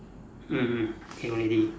mm mm okay already